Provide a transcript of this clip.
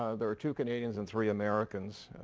ah there are two canadians and three americans.